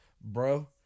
Bro